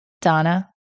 Donna